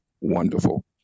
wonderful